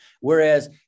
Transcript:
Whereas